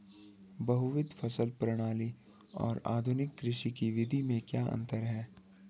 बहुविध फसल प्रणाली और आधुनिक कृषि की विधि में क्या अंतर है?